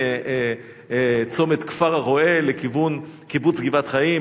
צומת כפר-הרא"ה לכיוון קיבוץ גבעת-חיים,